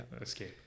escape